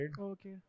Okay